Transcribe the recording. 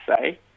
say